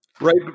Right